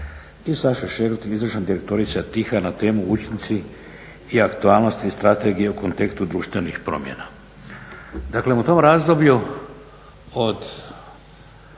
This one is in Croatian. i Saša Šegrt, izvršna direktorica TIH-a na temu "Učinci i aktualnosti i strategije u kontekstu društvenih promjena". Dakle u tom razdoblju od